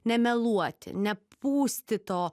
nemeluoti nepūsti to